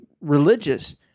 religious